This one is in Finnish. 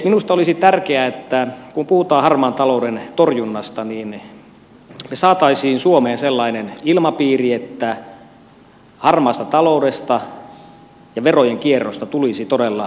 minusta olisi tärkeää että kun puhutaan harmaan talouden torjunnasta me saisimme suomeen sellaisen ilmapiirin että harmaasta taloudesta ja verojen kierrosta tulisi todella paheksuttavaa toimintaa